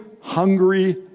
Hungry